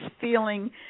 feeling